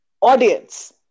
audience